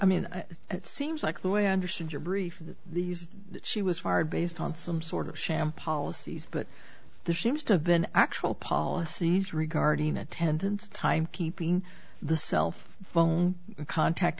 i mean it seems like the way i understood your brief these she was fired based on some sort of sham policies but the she was to have been actual policies regarding attendance timekeeping the self phone contact